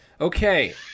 Okay